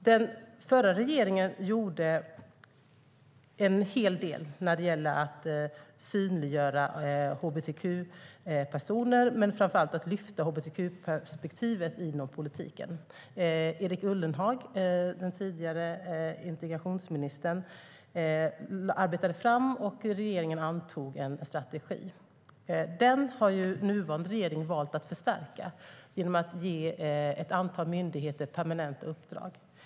Den förra regeringen gjorde en hel del när det gäller att synliggöra hbtq-personer, men framför allt för att lyfta hbtq-perspektivet inom politiken. Erik Ullenhag, den tidigare integrationsministern, arbetade fram en strategi som regeringen antog. Den har nuvarande regering valt att förstärka genom att ge ett antal myndigheter permanent uppdrag.